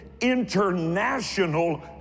international